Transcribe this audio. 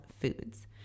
Foods